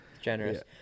generous